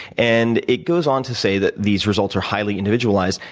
and it goes on to say that these results are highly individualized.